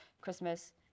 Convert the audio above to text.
Christmas